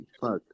fuck